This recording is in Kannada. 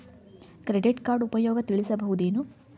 ಕ್ರೆಡಿಟ್ ಕಾರ್ಡ್ ಉಪಯೋಗ ತಿಳಸಬಹುದೇನು?